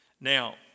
Now